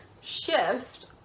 shift